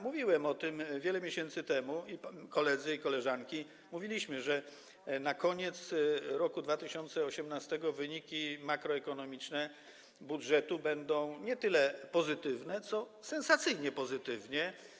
Mówiłem o tym wiele miesięcy temu, ja, koledzy i koleżanki, mówiliśmy, że na koniec roku 2018 wyniki makroekonomiczne budżetu będą nie tyle pozytywne co sensacyjnie pozytywne.